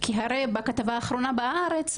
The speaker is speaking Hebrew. כי הרי בכתבה האחרונה ב"הארץ",